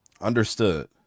Understood